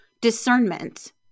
discernment